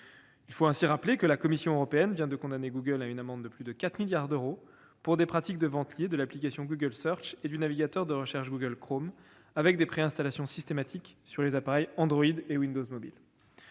Il faut rappeler que la Commission européenne vient de condamner Google à une amende de plus de 4 milliards d'euros pour des pratiques de ventes liées de l'application Google Search et du navigateur de recherche Google Chrome, avec des pré-installations systématiques sur les appareils Android et Windows Mobile.